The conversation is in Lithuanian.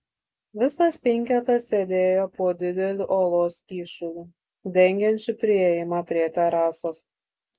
visas penketas sėdėjo po dideliu uolos kyšuliu dengiančiu priėjimą prie terasos